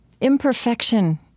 imperfection